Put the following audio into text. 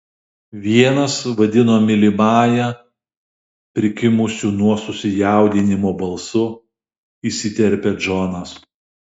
vienas vadino mylimąja prikimusiu nuo susijaudinimo balsu įsiterpia džonas